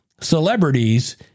celebrities